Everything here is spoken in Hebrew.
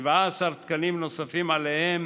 17 תקנים נוספים שעליהם